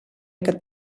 aquest